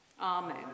Amen